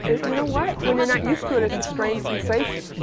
you know what, when you're not used to it, it's a strange sensation